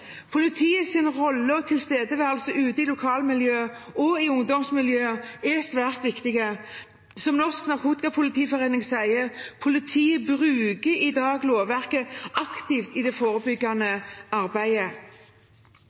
Politiet må fortsatt ha ansvar og virkemidler til å drive et godt forebyggende arbeid. Politiets rolle og tilstedeværelse ute i lokalmiljø og ungdomsmiljø er svært viktig. Som Norsk Narkotikapolitiforening sier: Politiet bruker i dag lovverket aktivt i det forebyggende arbeidet.